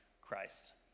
Christ